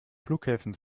flughäfen